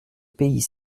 pays